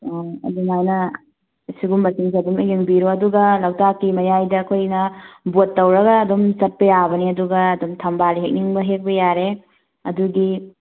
ꯑꯣ ꯑꯗꯨꯃꯥꯏꯅ ꯁꯤꯒꯨꯝꯕꯁꯤꯡꯁꯤ ꯑꯗꯨꯝ ꯂꯣꯏ ꯌꯦꯡꯕꯤꯔꯣ ꯑꯗꯨꯒ ꯂꯣꯛꯇꯥꯛꯀꯤ ꯃꯌꯥꯏꯗ ꯑꯩꯈꯣꯏꯅ ꯕꯣꯠ ꯇꯧꯔꯒ ꯑꯗꯨꯝ ꯆꯠꯄ ꯌꯥꯕꯅꯦ ꯑꯗꯨꯒ ꯑꯗꯨꯝ ꯊꯝꯕꯥꯜ ꯍꯦꯛꯅꯤꯡꯕ ꯍꯦꯛꯄ ꯌꯥꯔꯦ ꯑꯗꯨꯒꯤ